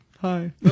hi